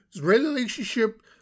relationship